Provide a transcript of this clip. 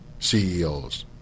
CEO's